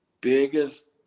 biggest